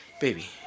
Baby